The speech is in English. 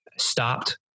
stopped